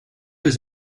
aux